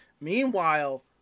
Meanwhile